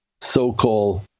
so-called